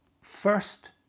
first